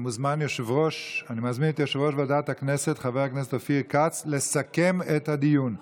אני מזמין את יושב-ראש ועדת הכנסת חבר הכנסת אופיר כץ לסכם את הדיון.